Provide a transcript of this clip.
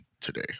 today